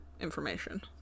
information